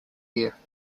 year